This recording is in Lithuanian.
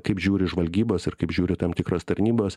kaip žiūri žvalgybos ir kaip žiūri tam tikros tarnybos